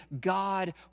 God